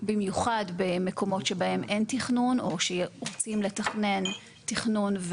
במיוחד במקומות שבהם אין תכנון או שרוצים לתכנן תכנון,